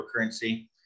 cryptocurrency